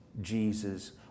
Jesus